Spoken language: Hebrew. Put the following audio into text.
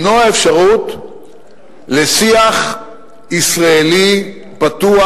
למנוע אפשרות לשיח ישראלי פתוח,